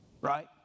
Right